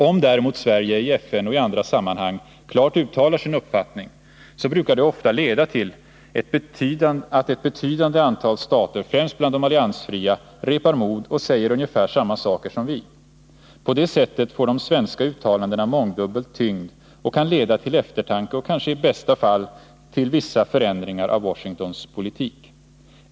Om däremot Sverige i FN och i andra sammanhang klart uttalar sin uppfattning, så brukar det ofta leda till att ett betydande antal stater, främst bland de alliansfria, repar mod och säger ungefär samma saker som vi. På det sättet får de svenska uttalandena mångdubbel tyngd och kan leda till eftertanke och kanske i bästa fall till vissa förändringar av Washingtons politik.